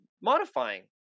modifying